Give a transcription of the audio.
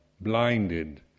blinded